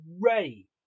ready